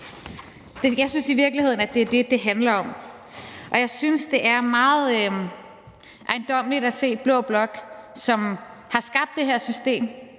Jeg synes i virkeligheden, at det er det, det handler om. Jeg synes, det er meget ejendommeligt at se blå blok, som har skabt det her system